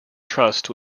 trust